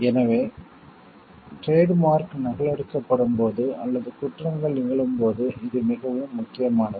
எனவே trade mark நகலெடுக்கப்படும்போது அல்லது குற்றங்கள் நிகழும்போது இது மிகவும் முக்கியமானது